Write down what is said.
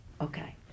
Okay